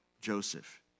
Joseph